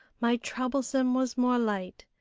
my troublesome was more light,